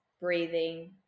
breathing